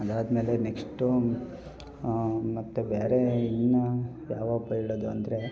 ಅದಾದ್ಮೇಲೆ ನೆಕ್ಸ್ಟು ಮತ್ತು ಬೇರೆ ಇನ್ನು ಯಾವ ಹಬ್ಬ ಹೇಳೋದು ಅಂದರೆ